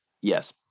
Yes